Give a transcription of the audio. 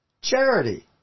charity